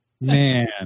Man